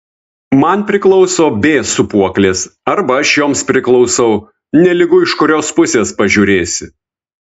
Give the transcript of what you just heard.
man priklauso b sūpuoklės arba aš joms priklausau nelygu iš kurios pusės pažiūrėsi